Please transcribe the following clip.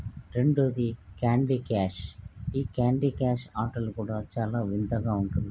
రెండవది Candy Crush ఈ Candy Crush ఆటలు కూడా చాలా వింతగా ఉంటుంది